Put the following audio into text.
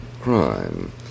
crime